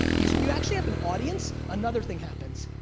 because when you actually have an audience another thing happens,